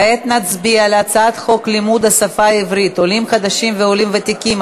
כעת נצביע על הצעת חוק לימוד השפה העברית (עולים חדשים ועולים ותיקים),